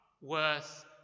worth